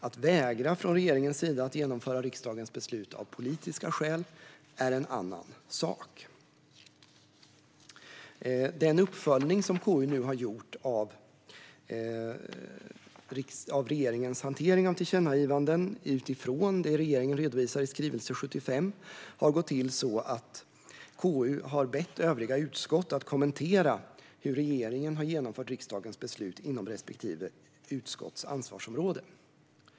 Att från regeringens sida vägra att genomföra riksdagens beslut av politiska skäl är en annan sak. Den uppföljning som KU nu har gjort av regeringens hantering av tillkännagivanden, utifrån det regeringen redovisar i skrivelse 75, har gått till på det sättet att KU har bett övriga utskott att kommentera hur regeringen har genomfört riksdagens beslut inom respektive utskotts ansvarsområde.